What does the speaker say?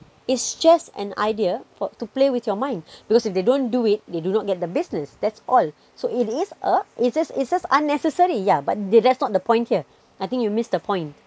it's just an idea for to play with your mind because if they don't do it they do not get the business that's all so it is a it's just it's just unnecessary yeah but that's not the point here I think you miss the point